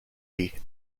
city